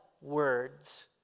words